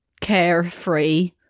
carefree